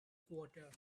quarter